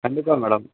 கண்டிப்பாக மேடம்